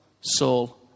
soul